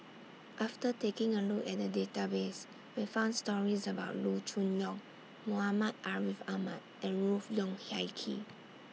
after taking A Look At The Database We found stories about Loo Choon Yong Muhammad Ariff Ahmad and Ruth Wong Hie King